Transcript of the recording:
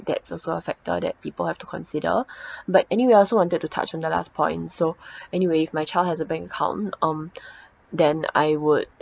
that's also a factor that people have to consider but anyway I also wanted to touch on the last point so anyway if my child has a bank account um then I would